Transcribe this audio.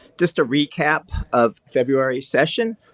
just a recap of february session.